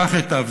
כך ייטב.